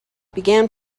began